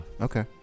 Okay